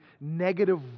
negative